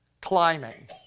climbing